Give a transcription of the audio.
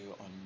on